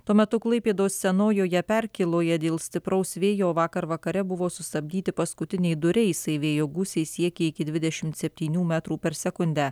tuo metu klaipėdos senojoje perkėloje dėl stipraus vėjo vakar vakare buvo sustabdyti paskutiniai du reisai vėjo gūsiai siekė iki dvidešimt septynių metrų per sekundę